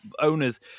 owners